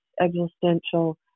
existential